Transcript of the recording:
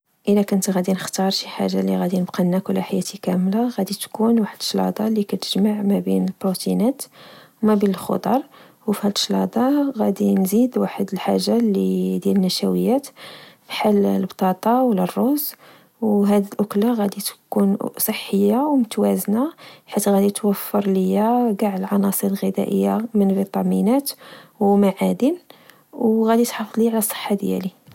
إلا كنت غدي نختار شي حاجة غنبقى ناكلها حياتي كاملة، غدي تكون واحد الشلاضة للي كتجمع بين البروتينات وما بين الخضر، وفهاد الشلاضة غدي نزيد واحد الحاجة ديال النشويات بحال البطاطا و لا الروز.و هاد الأكلة غدي تكون صحية ومتوازنة، حيت غدي توفر ليا چاع العناصر الغذائية من فيتامينات و معادن، وغادي تحافظ ليا على الصحة ديالي